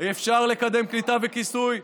אפשר לקדם קליטה וכיסוי,